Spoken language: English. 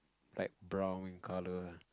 like brown color